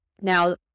Now